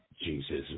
Jesus